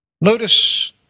notice